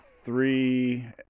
three